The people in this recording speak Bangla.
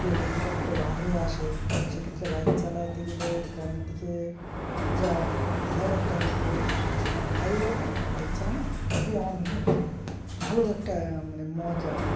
এগুলো হুটহাট করে বার হয়ে আসে সে ক্ষেত্রে বাইক চালাতে গেলে গ্রামের দিকে যা ভয় একটা দিক থাকে সেটা হাইওয়েতে বাইক চালানো খুবই আমার মনে হয় ভালো ভালো একটা মানে মজা